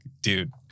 dude